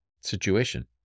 situation